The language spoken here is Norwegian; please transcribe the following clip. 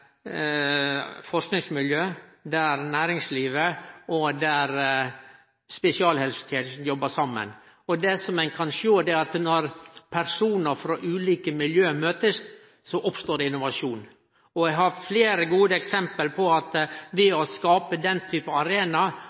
næringslivet og spesialhelsetenesta jobbar saman. Det ein kan sjå, er at når personar frå ulike miljø møtest, oppstår det innovasjon. Eg har fleire gode eksempel på at ved å skape den